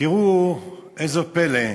תראו איזה פלא: